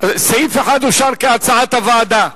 סעיף 1 אושר כהצעת הוועדה.